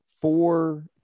four